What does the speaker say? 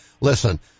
listen